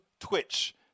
Twitch